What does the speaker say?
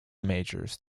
majors